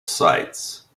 sites